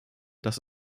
dass